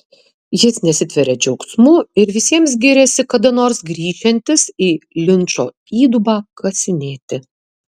jis nesitveria džiaugsmu ir visiems giriasi kada nors grįšiantis į linčo įdubą kasinėti